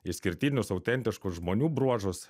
išskirtinius autentiškus žmonių bruožus